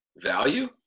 value